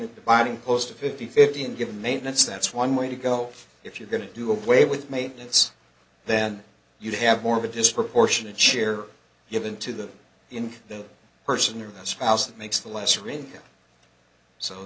dividing close to fifty fifty and given maintenance that's one way to go if you're going to do away with maintenance then you'd have more of a disproportionate share given to them in that person or a spouse that makes the lesser income so